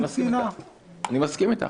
אני מסכים אתך.